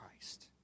Christ